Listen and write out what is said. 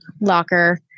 locker